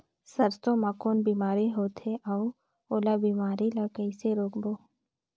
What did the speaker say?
सरसो मा कौन बीमारी होथे अउ ओला बीमारी ला कइसे रोकबो?